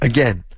Again